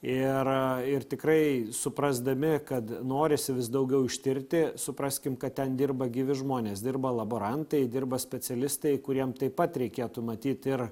ir ir tikrai suprasdami kad norisi vis daugiau ištirti supraskim kad ten dirba gyvi žmonės dirba laborantai dirba specialistai kuriem taip pat reikėtų matyt ir